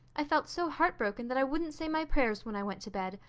i felt so heartbroken that i wouldn't say my prayers when i went to bed.